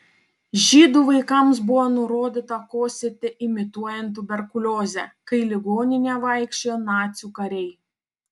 žydų vaikams buvo nurodyta kosėti imituojant tuberkuliozę kai ligoninėje vaikščiojo nacių kariai